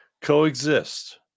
Coexist